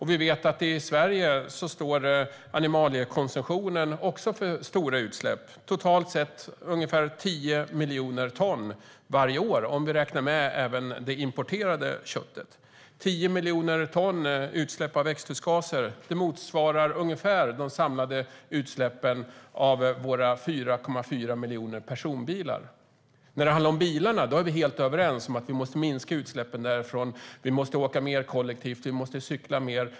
I Sverige står animaliekonsumtionen också för stora utsläpp, totalt ungefär 10 miljoner ton varje år om vi räknar med även det importerade köttet. 10 miljoner ton utsläpp av växthusgaser motsvarar ungefär de samlade utsläppen av våra 4,4 miljoner personbilar. När det gäller bilarna är vi helt överens om att vi måste minska utsläppen och åka mer kollektivt och cykla mer.